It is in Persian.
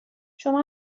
شما